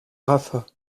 jaffa